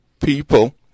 People